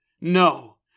No